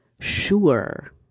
sure